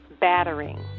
battering